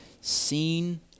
seen